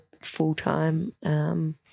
full-time